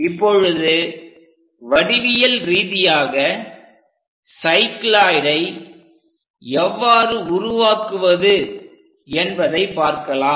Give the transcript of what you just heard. இப்பொழுது வடிவியல் ரீதியாக சைக்ளோயிடை எவ்வாறு உருவாக்குவது என்பதை பார்க்கலாம்